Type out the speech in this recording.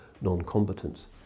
non-combatants